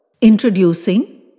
introducing